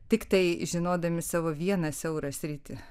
tiktai žinodami savo vieną siaurą sritį